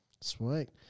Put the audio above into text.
Sweet